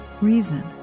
reason